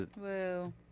Woo